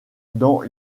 dans